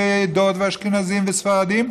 ועדות ואשכנזים וספרדים,